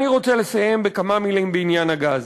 אני רוצה לסיים בכמה מילים בעניין הגז.